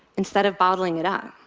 instead of bottling it up.